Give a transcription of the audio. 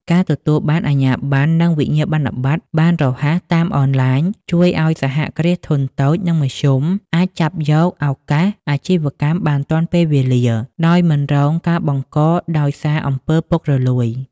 ការទទួលបានអាជ្ញាបណ្ណ និងវិញ្ញាបនបត្របានរហ័សតាមអនឡាញ ជួយឱ្យ សហគ្រាសធុនតូច និងមធ្យម អាចចាប់យកឱកាសអាជីវកម្មបានទាន់ពេលវេលា ដោយមិនរងការបង្កកដោយសារ អំពើពុករលួយ។